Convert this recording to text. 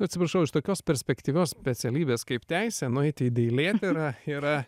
atsiprašau iš tokios perspektyvios specialybės kaip teisė nueiti į dailėtyrą yra